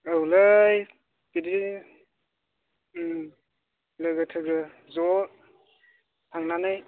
औलै बिदि लोगो थोगो ज' थांनानै